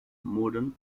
modern